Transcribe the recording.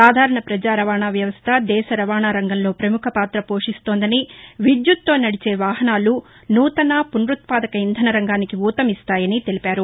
సాధారణ ప్రజా రవాణ వ్యవస్థ దేశ రవాణా రంగంలో ముఖ్యపాత పోషిస్తోందని విద్యుత్తో నడిచే వాహనాలు నూతన పునరుత్పాదక ఇంధన రంగానికి ఊతమిస్తాయని తెలిపారు